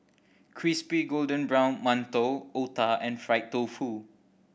crispy golden brown mantou otah and fried tofu